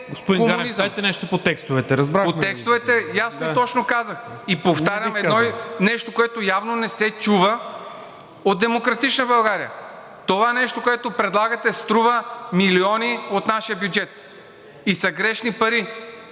ГАНЕВ: По текстовете ясно и точно казах, и повтарям едно нещо, което явно не се чува от „Демократична България“. Това нещо, което предлагате, струва милиони от нашия бюджет и са грешни пари,